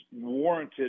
warranted